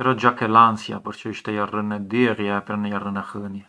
ë piccanti, mua u piccanti mirë o lik më përqen, quindi no ditë ka të e pruvar.